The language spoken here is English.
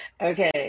Okay